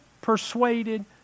persuaded